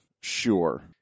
Sure